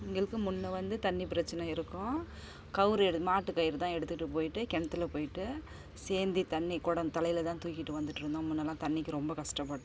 எங்களுக்கும் முன்னே வந்து தண்ணி பிரச்சின இருக்கும் கயிறு எடு மாட்டு கயிறுதான் எடுத்துகிட்டு போய்விட்டு கிணத்துல போய்விட்டு சேர்ந்தி தண்ணி குடம் தலையில்தான் தூக்கிகிட்டு வந்துகிட்ருந்தோம் முன்னெல்லாம் தண்ணிக்கு ரொம்ப கஷ்டப்பட்டோம்